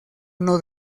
uno